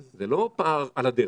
זה לא פער על הדרך,